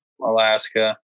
Alaska